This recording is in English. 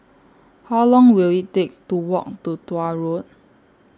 How Long Will IT Take to Walk to Tuah Road